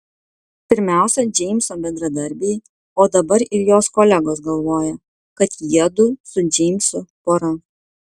pirmiausia džeimso bendradarbiai o dabar ir jos kolegos galvoja kad jiedu su džeimsu pora